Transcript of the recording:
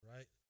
Right